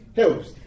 helps